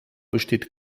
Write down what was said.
besteht